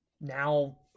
now